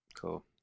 cool